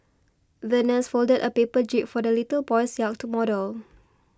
the nurse folded a paper jib for the little boy's yacht model